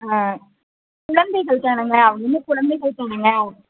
ஆ குழந்தைகள் தானேங்க அவங்க இன்னும் குழந்தைகள் தானுங்க